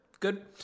Good